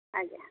ଆଜ୍ଞା